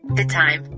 the time.